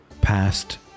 past